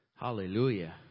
Hallelujah